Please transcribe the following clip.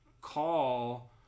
call